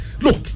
Look